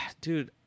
dude